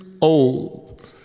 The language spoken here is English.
old